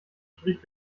strich